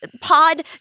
Pod